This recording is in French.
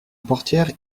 portière